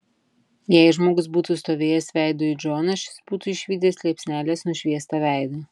jei žmogus būtų stovėjęs veidu į džoną šis būtų išvydęs liepsnelės nušviestą veidą